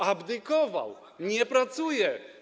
Abdykował, nie pracuje.